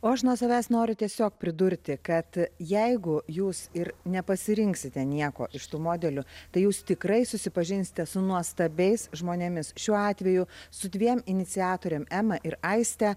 o aš nuo savęs noriu tiesiog pridurti kad jeigu jūs ir nepasirinksite nieko iš tų modelių tai jūs tikrai susipažinsite su nuostabiais žmonėmis šiuo atveju su dviem iniciatorėm ema ir aiste